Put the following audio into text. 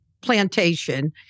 plantation